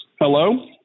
Hello